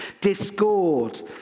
discord